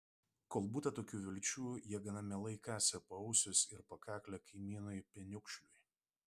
kol būta tokių vilčių jie gana mielai kasė paausius ar pakaklę kaimynui peniukšliui